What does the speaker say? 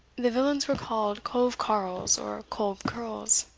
the villains were called colve-carles, or kolb-kerls,